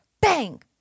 Bang